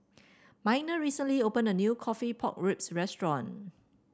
Miner recently opened a new coffee Pork Ribs restaurant